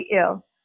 ill